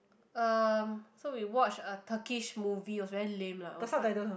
uh so we watch a Turkish movie it was very lame lah it was not